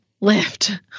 lift